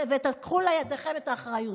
וקחו לידיכם את האחריות.